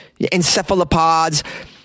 Encephalopods